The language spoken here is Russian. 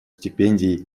стипендий